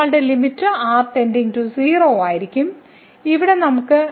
നമ്മളുടെ limit r → 0 ആയിരിക്കും ഇവിടെ നമുക്ക്